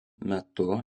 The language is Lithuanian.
metu